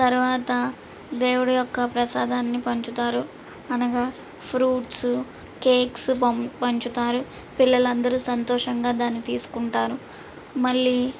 తరువాత దేవుడు యొక్క ప్రసాదాన్ని పంచుతారు అనగా ఫ్రూట్సు కేక్సు పంచుతారు పిల్లలందరూ సంతోషంగా దాన్ని తీసుకుంటారు మళ్ళీ